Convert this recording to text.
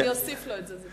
אני אוסיף לו את זה.